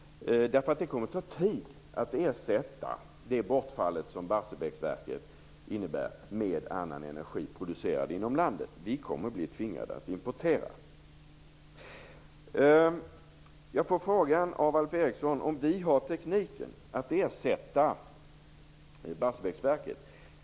Det kommer nämligen att ta tid att ersätta det bortfall som Barsebäcksverket innebär med annan energi producerad inom landet. Vi kommer att bli tvingade att importera. Jag får frågan av Alf Eriksson om vi har tekniken att ersätta Barsebäcksverket.